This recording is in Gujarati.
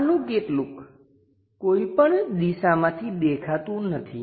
આમાંનું કેટલુંક કોઈપણ દિશામાંથી દેખાતું નથી